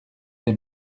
des